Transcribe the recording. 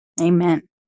Amen